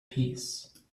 peace